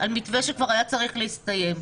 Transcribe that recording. על מתווה שכבר היה צריך להסתיים?